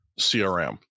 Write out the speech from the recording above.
CRM